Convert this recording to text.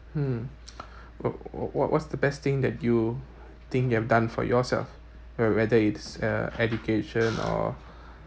mm wh~ wh~ what's the best thing that you think you have done for yourself uh whether it's uh education or